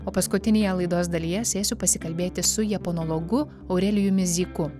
o paskutinėje laidos dalyje sėsiu pasikalbėti su japonologu aurelijumi zyku